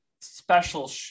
special